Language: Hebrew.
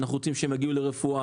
שאנחנו רוצים שהם יגיעו לרפואה.